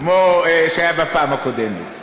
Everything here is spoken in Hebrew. כמו שהיה בפעם הקודמת.